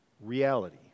reality